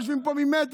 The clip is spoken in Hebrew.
יושבים פה ממטר.